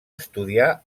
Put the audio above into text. estudiar